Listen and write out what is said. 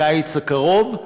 לקיץ הקרוב,